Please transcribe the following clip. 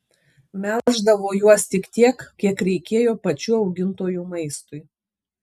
melždavo juos tik tiek kiek reikėjo pačių augintojų maistui